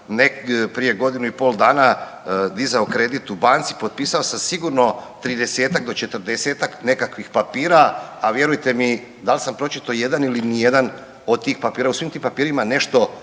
prije godinu i pol dana dizao kredit u banci, potpisao sam sigurno 30-ak do 40-ak nekakvih papira, a vjerujte mi, da l' sam pročitao jedan ili nijedan od tih papira, u svim tim papirima nešto